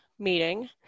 meeting